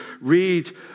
read